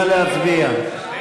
נא להצביע.